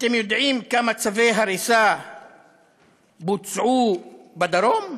אתם יודעים כמה צווי הריסה בוצעו בדרום?